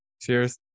Cheers